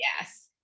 Yes